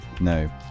no